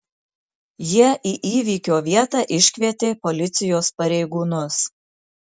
jie į įvykio vietą iškvietė policijos pareigūnus